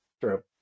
True